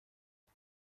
دار